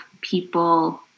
People